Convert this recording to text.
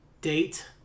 Date